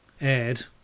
aired